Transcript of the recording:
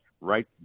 right